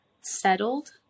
settled